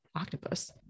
octopus